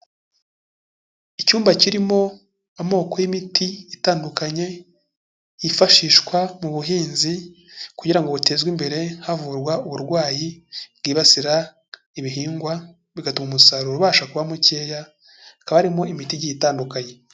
Icyumba kirimo amoko y'imiti itandukanye, yifashishwa mu buhinzi kugira ngo butezwe imbere havurwa uburwayi bwibasira ibihingwa bigatuma umusaruro ubasha kuba mukeya, hakaba harimo imitigi itandukanye.